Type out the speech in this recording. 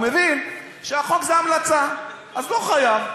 הוא מבין שהחוק זה המלצה, אז לא חייב.